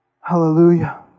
hallelujah